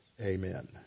amen